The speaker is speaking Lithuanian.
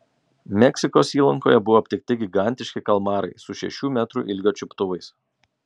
meksikos įlankoje buvo aptikti gigantiški kalmarai su šešių metrų ilgio čiuptuvais